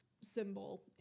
symbol